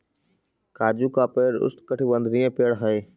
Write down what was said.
काजू का पेड़ उष्णकटिबंधीय पेड़ हई